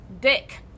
DICK